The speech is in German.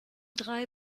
drei